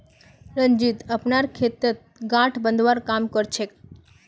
रंजीत अपनार खेतत गांठ बांधवार काम कर छेक